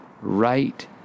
right